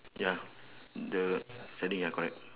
ya the sliding ya correct